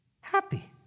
Happy